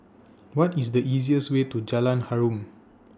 What IS The easiest Way to Jalan Harum